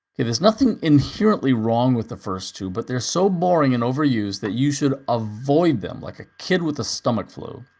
there's nothing inherently wrong with the first two, but they're so boring and overused that you should avoid them like a kid with the stomach flu!